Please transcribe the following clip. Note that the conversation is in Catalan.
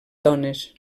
dones